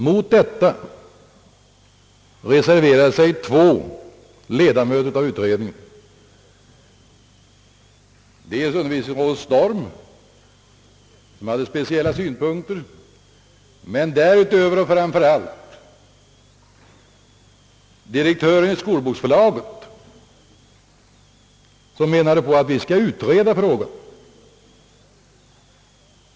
Mot detta förslag reserverade sig två ledamöter av utredningen, dels undervisningsrådet Storm som hade spe ciella synpunkter, men dels och framför allt direktören i skolboksförlaget, som ansåg att vi borde utreda frågan.